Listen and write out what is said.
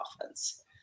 offense